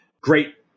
Great